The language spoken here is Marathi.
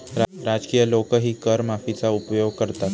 राजकीय लोकही कर माफीचा उपयोग करतात